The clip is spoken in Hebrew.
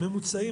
שהממוצעים,